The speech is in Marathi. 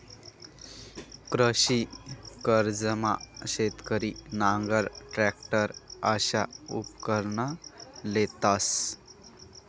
कृषी कर्जमा शेतकरी नांगर, टरॅकटर अशा उपकरणं लेतंस